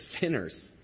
sinners